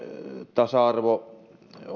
tasa